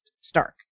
Stark